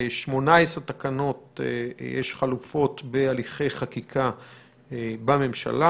ל-18 תקנות יש חלופות בהליכי חקיקה בממשלה